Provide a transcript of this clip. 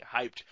hyped